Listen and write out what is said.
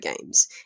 games